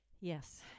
Yes